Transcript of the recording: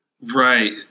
right